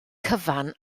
cyfan